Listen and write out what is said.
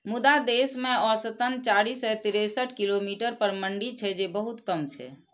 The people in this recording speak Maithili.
मुदा देश मे औसतन चारि सय तिरेसठ किलोमीटर पर मंडी छै, जे बहुत कम छै